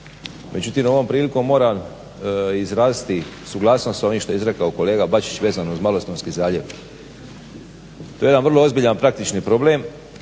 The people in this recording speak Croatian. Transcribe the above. Međutim ovom prilikom moram izraziti suglasnost s ovim što je izrekao kolega Bačić vezano uz Malostonski zaljev. To je jedan vrlo ozbiljan praktični problem